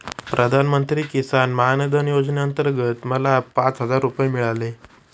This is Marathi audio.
प्रधानमंत्री किसान मान धन योजनेअंतर्गत मला पाच हजार रुपये मिळाले